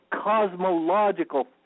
cosmological